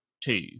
two